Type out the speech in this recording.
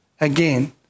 again